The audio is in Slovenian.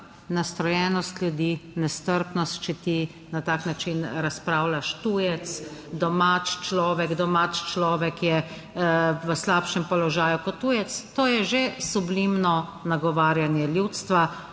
nastrojenost ljudi, nestrpnost, če ti na tak način razpravljaš, tujec, domač človek, domač človek je v slabšem položaju kot tujec, to je že sublimno nagovarjanje ljudstva